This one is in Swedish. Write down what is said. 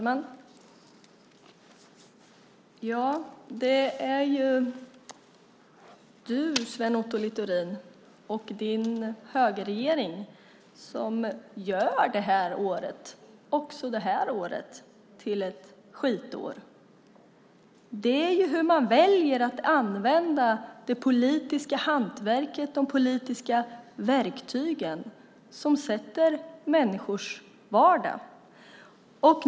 Fru talman! Det är du, Sven Otto Littorin, och din högerregering som gör också det här året till ett skitår. Det handlar om hur man väljer att använda det politiska hantverket, de politiska verktygen. Det är det som bildar människors vardag.